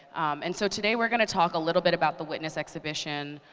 and so today, we're gonna talk a little bit about the witness exhibition,